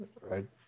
right